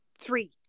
Three